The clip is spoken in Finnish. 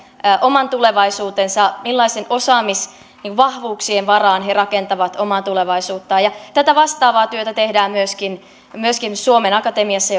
oman tulevaisuutensa ja millaisien osaamisvahvuuksien varaan he rakentavat omaa tulevaisuuttaan tätä vastaavaa työtä tehdään myöskin myöskin suomen akatemiassa